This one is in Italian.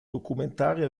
documentario